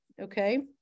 okay